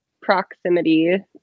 proximity